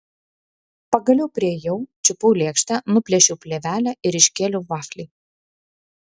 pagaliau priėjau čiupau lėkštę nuplėšiau plėvelę ir iškėliau vaflį